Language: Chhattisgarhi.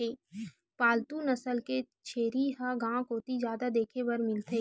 पालतू नसल के छेरी ह गांव कोती जादा देखे बर मिलथे